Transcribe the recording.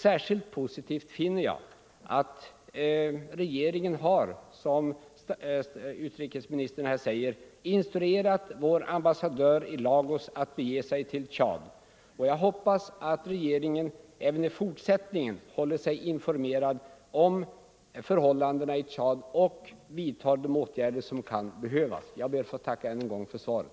Särskilt positivt finner jag det vara att regeringen, som utrikesministern säger i svaret, har instruerat vår ambassadör i Lagos att bege sig till Tchad. Jag hoppas att regeringen även i fortsättningen håller sig informerad om förhållandena i Tchad och vidtar de åtgärder som kan erfordras. Jag ber att än en gång få tacka för svaret.